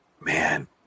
man